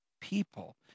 people